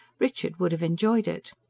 richard would have enjoyed it.